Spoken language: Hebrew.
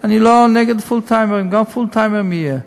אני לא נגד פול-טיימרים, גם פול-טיימרים יהיו.